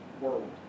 world